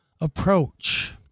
approach